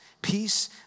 Peace